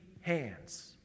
hands